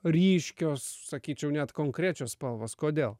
ryškios sakyčiau net konkrečios spalvos kodėl